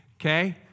Okay